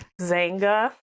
Zanga